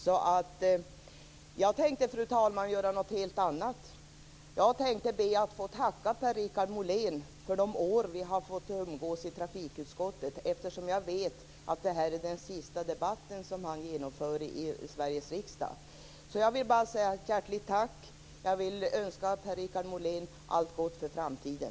Så, fru talman, jag tänkte göra något helt annat. Jag tänker be att få tacka Per-Richard Molén för de år vi har fått umgås i trafikutskottet, eftersom jag vet att det här är den sista debatten som han genomför i Så jag vill bara säga ett hjärtligt tack! Jag vill önska Per-Richard Molén allt gott för framtiden.